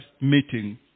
meeting